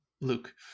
Luke